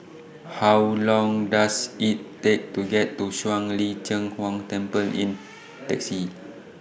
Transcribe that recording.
How Long Does IT Take to get to Shuang Lin Cheng Huang Temple in Taxi